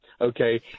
Okay